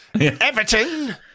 Everton